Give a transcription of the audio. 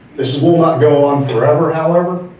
this will not go on forever however,